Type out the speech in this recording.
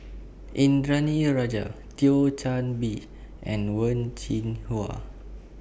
Indranee Rajah Thio Chan Bee and Wen Jinhua